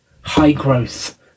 high-growth